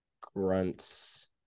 grunts